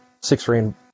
six-ring